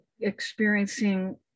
experiencing